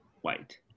white